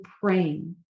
praying